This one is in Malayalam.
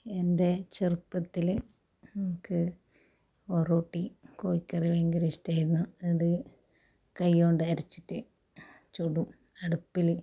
എൻ്റെ ചെറുപ്പത്തിൽ എനിക്ക് ഒറോട്ടി കോഴിക്കറി ഭയങ്കര ഇഷ്ടമാരുന്നു അത് കൈ കൊണ്ടരച്ചിട്ട് ചുടും അടുപ്പിൽ